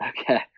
Okay